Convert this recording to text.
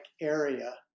area